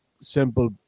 simple